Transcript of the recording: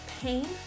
Pain